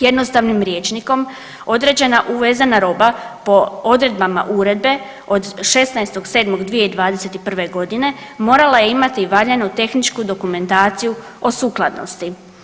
Jednostavnim rječnikom određena uvezena roba po odredbama Uredbe od 16.07.2021.godine morala je imati i valjanu tehničku dokumentaciju o sukladnosti.